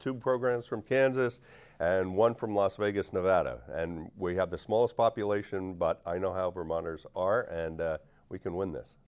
two programs from kansas and one from las vegas nevada and we have the smallest population but i know how vermonters are and we can win this